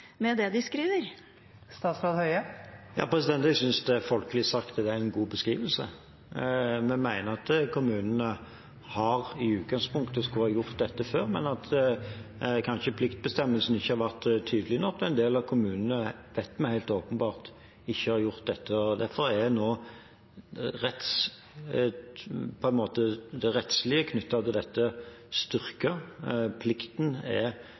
Det er litt vanskelig å finne ut hva det er egentlig regjeringen mener med det de skriver. Jeg synes det er folkelig sagt – det er en god beskrivelse. Vi mener at kommunene i utgangspunktet skulle ha gjort dette før, men at pliktbestemmelsen kanskje ikke har vært tydelig nok. En del av kommunene vet vi helt åpenbart ikke har gjort dette, og derfor er på en måte nå det rettslige knyttet til dette, styrket. Plikten er